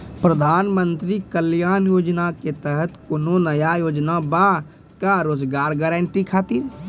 प्रधानमंत्री कल्याण योजना के तहत कोनो नया योजना बा का रोजगार गारंटी खातिर?